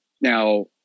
Now